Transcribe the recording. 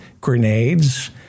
grenades